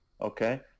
Okay